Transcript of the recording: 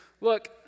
look